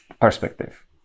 perspective